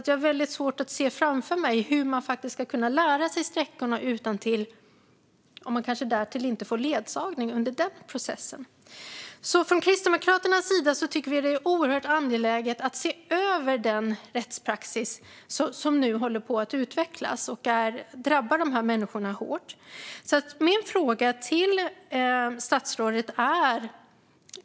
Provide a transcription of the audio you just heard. Jag har svårt att se framför mig hur man ska kunna lära sig sträckorna utantill om man kanske därtill inte får ledsagning under den processen. Från Kristdemokraternas sida tycker vi att det är oerhört angeläget att se över den rättspraxis som nu håller på att utvecklas och som drabbar de här människorna hårt.